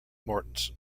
mortensen